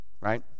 right